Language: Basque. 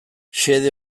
xede